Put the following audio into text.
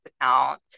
account